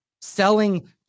selling